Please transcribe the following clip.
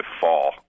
fall